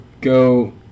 go